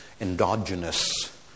endogenous